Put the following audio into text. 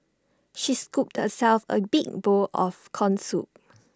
she scooped herself A big bowl of Corn Soup